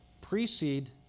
precede